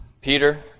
Peter